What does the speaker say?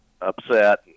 upset